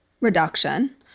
reduction